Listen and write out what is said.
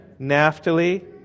Naphtali